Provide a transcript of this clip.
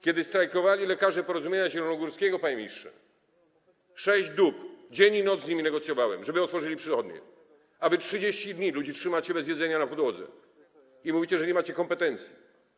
Kiedy strajkowali lekarze Porozumienia Zielonogórskiego, panie ministrze, 6 dób, dzień i noc z nimi negocjowałem, żeby otworzyli przychodnie, a wy 30 dni ludzi trzymacie bez jedzenia na podłodze i mówicie, że nie macie kompetencji.